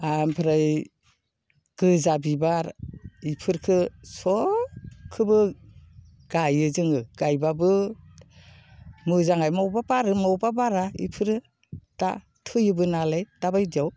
ओमफ्राय गोजा बिबार बिफोरखौ सबखौबो गाइयो जोङो गायबाबो मोजाङै बबेबा बारो बबेबा बारा बिफोरो दा थैयोबो नालाय दा बायदियाव